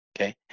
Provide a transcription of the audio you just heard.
okay